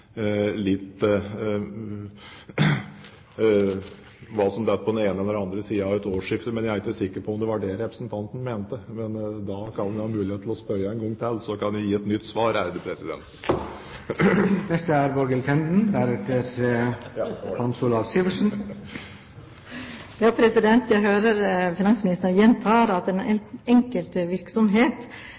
litt ettersom hva som detter ned på den ene siden eller på den andre siden av et årsskifte – men jeg er ikke sikker på om det var det representanten mente? Men da kan han ha mulighet til å spørre en gang til, så kan jeg gi et nytt svar. Jeg hører finansministeren gjenta at den enkelte virksomhet er